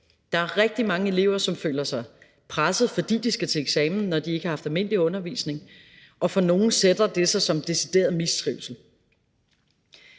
side rigtig mange elever, der føler sig presset, fordi de skal til eksamen, efter de ikke har haft almindelig undervisning, og for nogle sætter det sig som decideret mistrivsel.